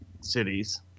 cities